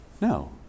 No